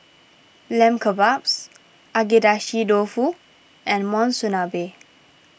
Lamb Kebabs Agedashi Dofu and Monsunabe